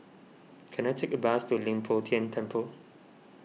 can I take a bus to Leng Poh Tian Temple